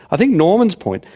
i think norman's point,